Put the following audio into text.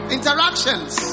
Interactions